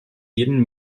jeden